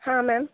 ಹಾಂ ಮ್ಯಾಮ್